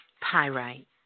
pyrite